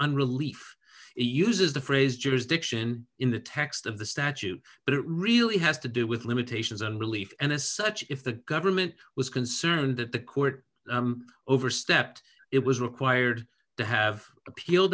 on relief he uses the phrase jurisdiction in the text of the statute but it really has to do with limitations on relief and as such if the government was concerned that the court overstepped it was required to have appeal